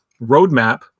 roadmap